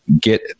get